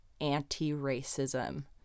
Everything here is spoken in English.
anti-racism